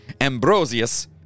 Ambrosius